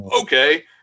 okay